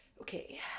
okay